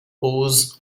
pose